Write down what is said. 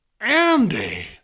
Andy